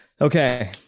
Okay